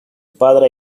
padre